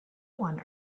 one